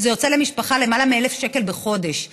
זה יוצא למשפחה למעלה מ-1,000 שקל בחודש.